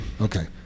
Okay